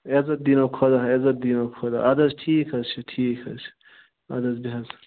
عزت دیٖنو خۄدا عزت دیٖنو خۄدا اَدٕ حظ ٹھیٖک حظ چھُ ٹھیٖک حظ چھُ اَدٕ حظ بہے حظ